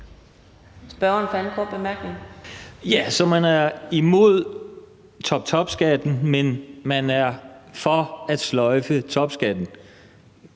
man er imod toptopskatten, men man er for at sløjfe topskatten